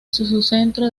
centro